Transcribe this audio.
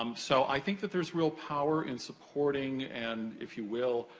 um so, i think that there's real power in supporting, and if you will,